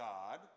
God